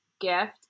gift